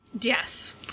Yes